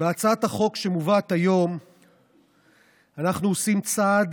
בהצעת החוק שמובאת היום אנחנו עושים צעד